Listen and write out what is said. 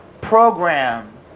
program